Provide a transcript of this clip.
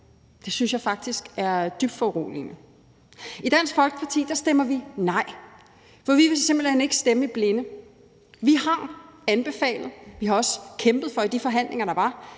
Det synes jeg faktisk er dybt foruroligende. I Dansk Folkeparti stemmer vi nej, for vi vil simpelt hen ikke stemme i blinde. Vi har anbefalet og også kæmpet for i de forhandlinger, der var